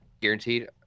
guaranteed